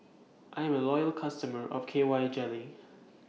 I Am A Loyal customer of K Y Jelly